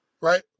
Right